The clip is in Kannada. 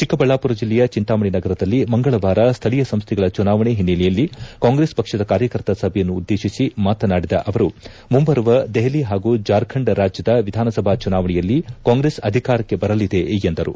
ಚಿಕ್ಕಬಳ್ಳಾವುರ ಜಿಲ್ಲೆಯ ಚಿಂತಾಮಣಿ ನಗರದಲ್ಲಿ ಸ್ಥಳೀಯ ಸಂಸ್ಥೆಗಳ ಚುನಾವಣೆ ಓನ್ನೆಲೆಯಲ್ಲಿ ಕಾಂಗ್ರೆಸ್ ಪಕ್ಷದ ಕಾರ್ಯಕರ್ತರ ಸಭೆಯನ್ನು ಉದ್ದೇತಿಸಿ ಮಾತನಾಡಿದ ಅವರು ಮುಂಬರುವ ದೆಹಲಿ ಹಾಗೂ ಜಾರ್ಖಂಡ್ ರಾಜ್ಯದ ವಿಧಾನ ಸಭಾ ಚುನಾವಣೆಗಳಲ್ಲಿಯೂ ಕಾಂಗ್ರೆಸ್ ಅಧಿಕಾರಕ್ಕೆ ಬರಲಿದೆ ಎಂದರು